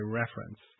reference